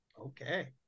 Okay